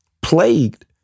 plagued